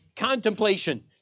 contemplation